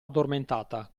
addormentata